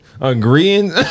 agreeing